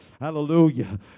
Hallelujah